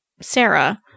Sarah